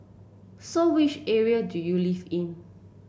so which area do you live in